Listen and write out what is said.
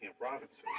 provinces